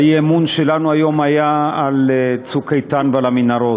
האי-אמון שלנו היום היה על "צוק איתן" ועל המנהרות,